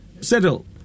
settle